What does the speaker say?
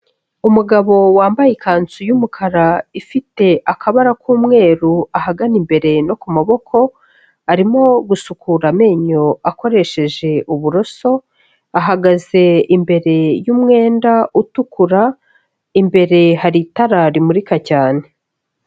Umugabo wambaye ikanzu y'umukara ifite akabara k'umweru ahagana imbere no ku maboko, arimo gusukura amenyo akoresheje uburoso, ahagaze imbere y'umwenda utukura, imbere hari itara rimurika cyane.